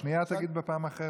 את השנייה תגיד בפעם אחרת.